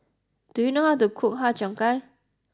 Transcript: do you know how to cook Har Cheong Gai